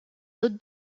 autres